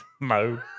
No